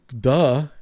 Duh